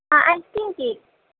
ہاں ice cream cake